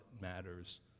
matters